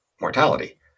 mortality